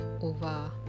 over